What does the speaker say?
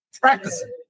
practicing